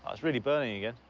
it's really burning again.